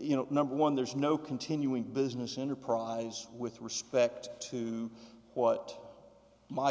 you know number one there's no continuing business enterprise with respect to what my